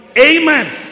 Amen